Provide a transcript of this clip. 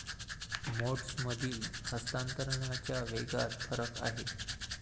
मोड्समधील हस्तांतरणाच्या वेगात फरक आहे